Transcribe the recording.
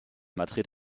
madrid